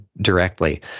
directly